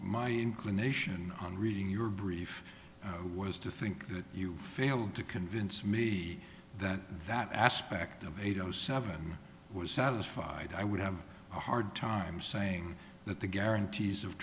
my inclination on reading your brief was to think that you failed to convince me that that aspect of eight zero seven was satisfied i would have a hard time saying that the guarantees of